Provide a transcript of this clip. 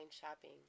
shopping